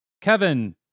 Kevin